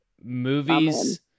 Movies